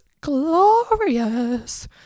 glorious